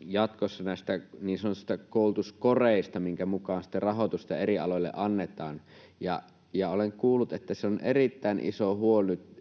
jatkossa näistä niin sanotuista koulutuskoreista, joiden mukaan sitten rahoitusta eri aloille annetaan. Olen kuullut, että esimerkiksi